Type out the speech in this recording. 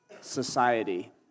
society